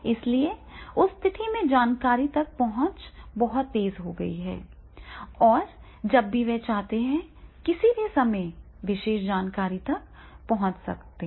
इसलिए उस स्थिति में जानकारी तक पहुँच बहुत तेज हो गई है और जब भी वे चाहते हैं किसी भी समय विशेष जानकारी तक पहुँच सकते हैं